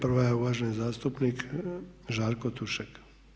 Prva je uvaženi zastupnik Žarko Tušek.